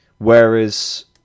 Whereas